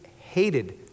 hated